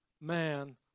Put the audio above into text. man